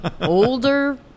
older